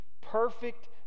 perfect